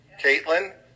Caitlin